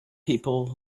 people